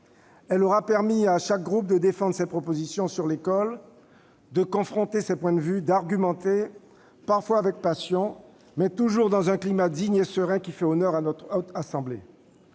qui aura permis à chaque groupe de défendre ses propositions sur l'école, de confronter ses points de vue, d'argumenter- parfois avec passion, mais toujours dans un climat digne et serein qui fait honneur à la Haute Assemblée.